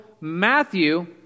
Matthew